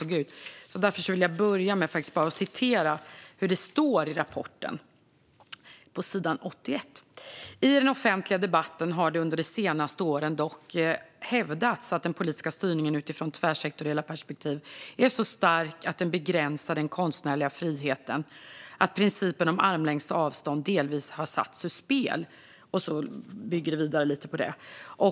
Låt mig därför citera vad det står på s. 80 i rapporten: "I den offentliga debatten har det under de senaste åren dock hävdats att den politiska styrningen utifrån tvärsektoriella perspektiv är så stark att den begränsar den konstnärliga friheten, att principen om armlängds avstånd delvis har satts ur spel." Sedan bygger man vidare lite på detta.